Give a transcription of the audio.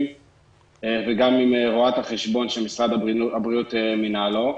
וגם עם רואת-החשבון שמשרד הבריאות מינה לו.